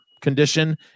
condition